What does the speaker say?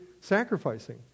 sacrificing